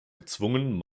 gezwungen